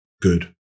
good